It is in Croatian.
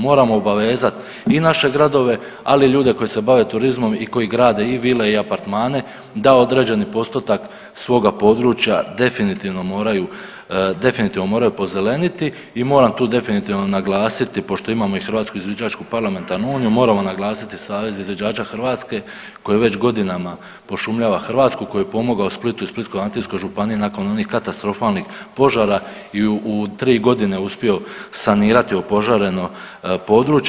Moramo obavezat i naše gradove, ali i ljude koji se bave turizmom i koji grade i vile i apartmane da određeni postotak svoga područja definitivno moraju, definitivno moraju pozeleniti i moram tu definitivno naglasiti pošto imamo i Hrvatsku izviđačku parlamentarnu uniju moram vam naglasiti Savez izviđača Hrvatske koji već godinama pošumljava Hrvatsku, koji je pomogao Splitu i Splitsko-dalmatinskoj županiji nakon onih katastrofalnih požara i u 3 godine uspio sanirati opožareno područje.